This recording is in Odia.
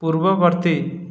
ପୂର୍ବବର୍ତ୍ତୀ